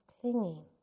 clinging